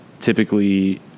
typically